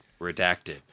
Redacted